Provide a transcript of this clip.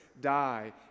die